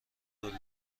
ملک